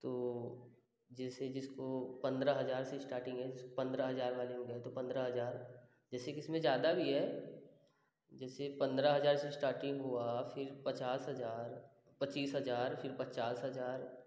तो जैसे जिसको पंद्रह हजार से स्टार्टिंग है पंद्रह हजार वाले को कहते हैं पंद्रह हजार जैसे किसी में ज़्यादा भी है जैसे पंद्रह हजार से स्टार्टिंग हुआ फिर पचास हजार पचीस हजार फिर पचास हजार